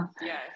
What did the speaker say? Yes